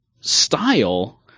style